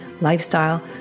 lifestyle